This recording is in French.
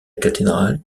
cathédrale